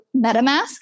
MetaMask